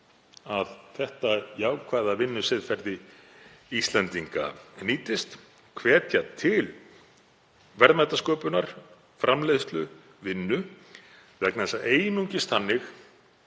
að þetta jákvæða vinnusiðferði Íslendinga nýtist, hvetja til verðmætasköpunar, framleiðsluvinnu, vegna þess að einungis þannig